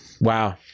wow